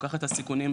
לוקחת את הסיכונים.